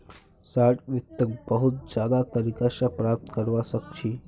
short वित्तक बहुत ज्यादा तरीका स प्राप्त करवा सख छी